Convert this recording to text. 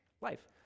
life